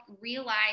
realize